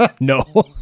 No